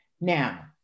Now